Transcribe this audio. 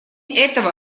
этого